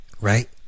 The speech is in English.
right